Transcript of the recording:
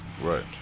Right